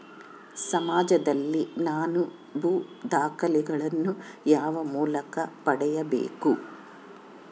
ಸಮಾಜದಲ್ಲಿ ನನ್ನ ಭೂ ದಾಖಲೆಗಳನ್ನು ಯಾವ ಮೂಲಕ ಪಡೆಯಬೇಕು?